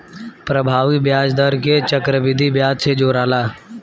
प्रभावी ब्याज दर के चक्रविधि ब्याज से जोराला